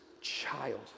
child